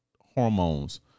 hormones